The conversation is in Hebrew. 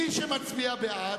מי שמצביע בעד,